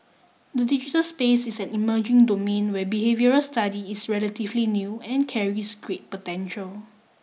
the digital space is an emerging domain where behavioural study is relatively new and carries great potential